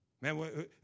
Man